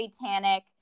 satanic